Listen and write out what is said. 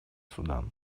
судан